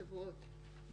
שבועות.